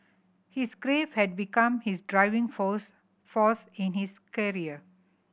his grief had become his driving force force in his career